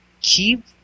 Keep